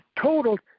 total